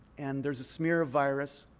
and there's a smear of virus.